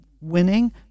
winning